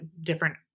different